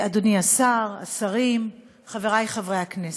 השר, השרים, חברי חברי הכנסת,